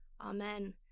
Amen